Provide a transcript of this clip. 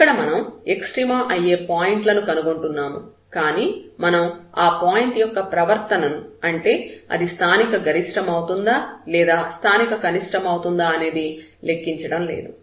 ఇక్కడ మనం ఎక్స్ట్రీమ అయ్యే పాయింట్లను కనుగొంటున్నాము కానీ మనం ఆ పాయింట్ యొక్క ప్రవర్తనను అంటే అది స్థానిక గరిష్ట మౌతుందా లేదా స్థానిక కనిష్టం మౌతుందా అనేది లెక్కించడం లేదు